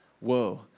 whoa